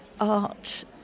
art